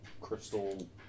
crystal